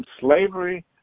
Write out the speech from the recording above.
slavery